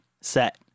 set